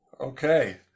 Okay